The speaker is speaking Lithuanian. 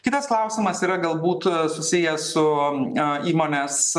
kitas klausimas yra galbūt susijęs su a įmonės